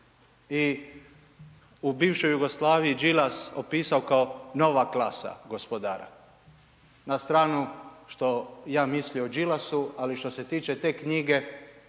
i u bivšoj Jugoslaviji Đilas opasao kao nova klasa gospodara. Na stranu što ja mislio o Đilasu ali što se tiče te knjige,